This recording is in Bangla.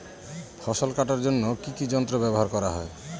ফসল কাটার জন্য কি কি যন্ত্র ব্যাবহার করা হয়?